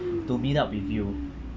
to meet up with you